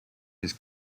his